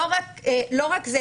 לא רק זה,